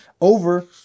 over